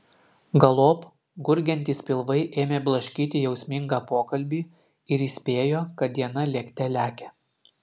galop gurgiantys pilvai ėmė blaškyti jausmingą pokalbį ir įspėjo kad diena lėkte lekia